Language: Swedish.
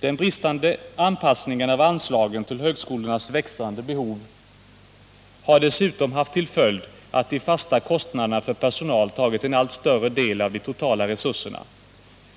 Den bristande anpassningen av anslagen till högskolornas växande behov har dessutom haft till följd att de fasta kostnaderna för personal tagit en allt större del av de totala resurserna.